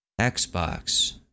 Xbox